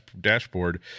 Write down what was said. dashboard